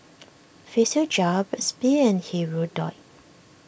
Physiogel Burt's Bee and Hirudoid